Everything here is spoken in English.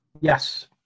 Yes